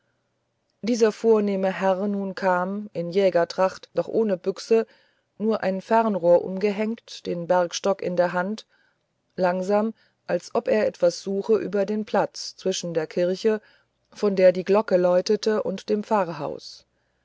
dieser vornehme herr nun kam in jägertracht doch ohne büchse nur ein fernrohr umgehängt den bergstock in der hand langsam als ob er etwas suche über den platz zwischen der kirche von der die glocke läutete und dem pfarrhaus